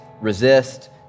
resist